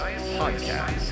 Podcast